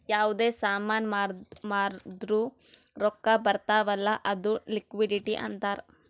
ಯಾವ್ದೇ ಸಾಮಾನ್ ಮಾರ್ದುರ್ ರೊಕ್ಕಾ ಬರ್ತಾವ್ ಅಲ್ಲ ಅದು ಲಿಕ್ವಿಡಿಟಿ ಅಂತಾರ್